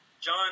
John